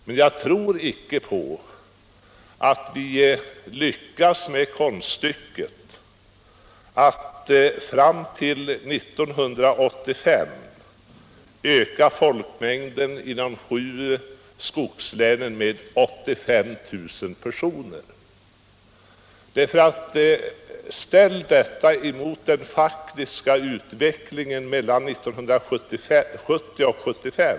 Men jag tror inte att vi fram till 1985 lyckas med konststycket att öka folkmängden i de sju skogslänen med 85 000 personer. Detta måste ställas emot den faktiska utvecklingen mellan 1970 och 1975.